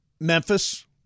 Memphis